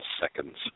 seconds